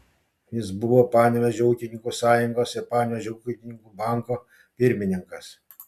jis buvo panevėžio ūkininkų sąjungos ir panevėžio ūkininkų banko pirmininkas